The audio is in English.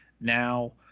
now